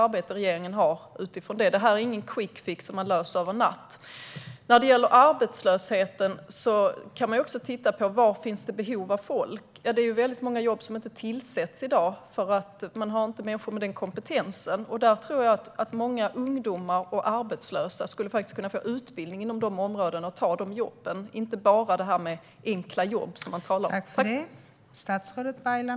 Det finns ingen quick fix, som man kan använda för att lösa det över en natt. När det gäller arbetslösheten kan vi också titta på var det finns behov av folk. Många lediga jobb tillsätts inte i dag, eftersom man inte hittar människor med rätt kompetens. Jag tror att många ungdomar och arbetslösa skulle kunna få utbildning inom de områdena, för att kunna ta de jobben. Det handlar inte bara om enkla jobb, som det talas om.